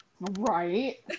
Right